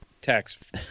tax